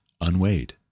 unweighed